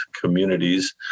communities